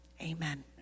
amen